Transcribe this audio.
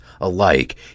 alike